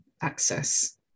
access